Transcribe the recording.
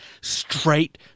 straight